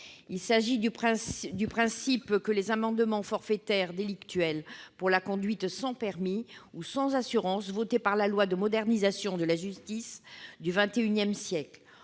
Il s'agit du même principe que les amendes forfaitaires délictuelles pour la conduite sans permis ou sans assurance voté dans la loi de modernisation de la justice du XXI siècle.